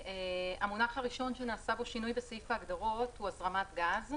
המונח הראשון שנעשה בו שינוי בסעיף ההגדרות הוא "הזרמת גז".